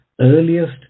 earliest